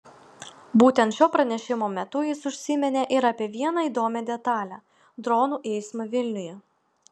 būtent šio pranešimo metu jis užsiminė ir apie vieną įdomią detalę dronų eismą vilniuje